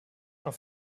auf